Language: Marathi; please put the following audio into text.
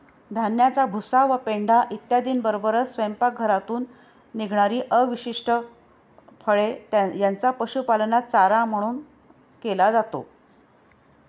धान्याचा भुसा व पेंढा इत्यादींबरोबरच स्वयंपाकघरातून निघणारी अवशिष्ट फळे यांचा पशुपालनात चारा म्हणून केला जातो